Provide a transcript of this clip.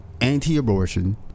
anti-abortion